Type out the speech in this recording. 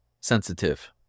sensitive